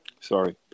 sorry